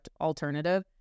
alternative